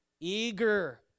Eager